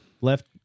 left